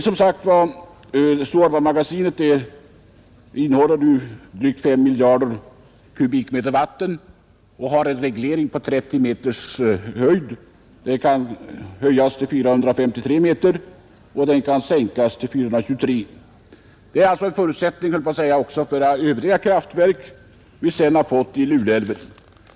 Suorvamagasinet innehåller som sagt drygt 5 miljarder m? vatten och har en reglering på 30 m höjd. Vattenytan kan höjas till 453 m och kan sänkas till 423 m. Magasinet är en förutsättning för de övriga kraftverk vi sedan har fått i Luleälven.